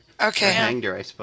Okay